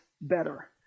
better